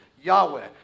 Yahweh